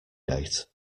date